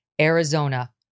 Arizona